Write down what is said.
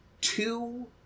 two